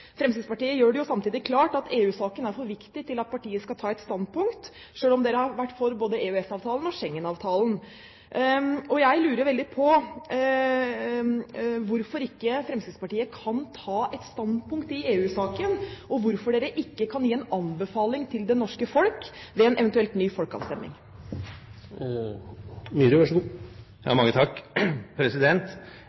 Fremskrittspartiet gjør det samtidig klart at EU-saken er for viktig til at partiet skal ta et standpunkt, selv om man har vært for både EØS-avtalen og Schengen-avtalen. Jeg lurer veldig på hvorfor Fremskrittspartiet ikke kan ta et standpunkt i EU-saken, og hvorfor man ikke kan gi en anbefaling til det norske folk ved en eventuell ny folkeavstemning.